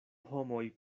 homoj